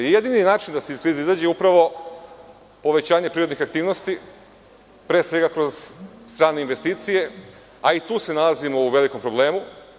Jedini način da se iz krize izađe je upravo povećanje privrednih aktivnosti, pre svega kroz strane investicije, a i tu se nalazimo u velikom problemu.